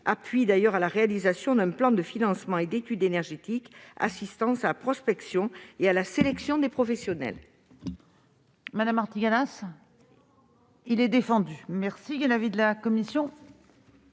l'appui à la réalisation d'un plan de financement et d'études énergétique, et l'assistance à la prospection et à la sélection des professionnels.